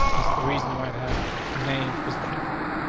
that's the reason why it has named position fixed.